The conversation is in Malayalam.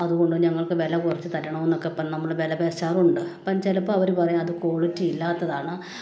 അതുകൊണ്ട് ഞങ്ങൾക്ക് വില കുറച്ച് തരണമെന്നൊക്കെ ഇപ്പം നമ്മൾ വില പേശാറുണ്ട് അപ്പോൾ ചിലപ്പോൾ അവർ പറയും അത് ക്വാളിറ്റി ഇല്ലാത്തതാണ്